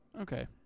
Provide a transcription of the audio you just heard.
Okay